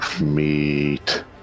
meet